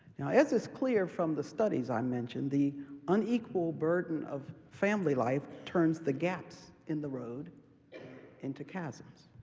now, as is clear from the studies i mentioned, the unequal burden of family life turns the gaps in the road into chasms.